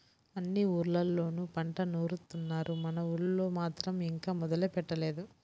అన్ని ఊర్లళ్ళోనూ పంట నూరుత్తున్నారు, మన ఊళ్ళో మాత్రం ఇంకా మొదలే పెట్టలేదు